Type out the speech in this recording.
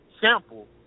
sample